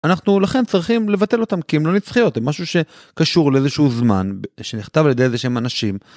אנחנו לכן צריכים לבטל אותם כי הם לא נצחיות הם משהו שקשור לאיזשהו זמן שנכתב על ידי איזה שהם אנשים.